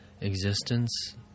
existence